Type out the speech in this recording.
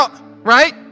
right